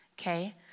Okay